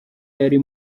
yari